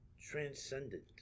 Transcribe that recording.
Transcendent